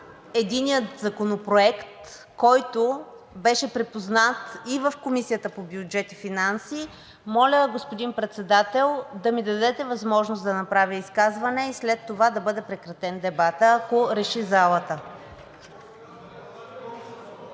единия законопроект, който беше припознат и в Комисията по бюджет и финанси, моля, господин Председател, да ми дадете възможност да направя изказване и след това да бъде прекратен дебатът, ако реши залата.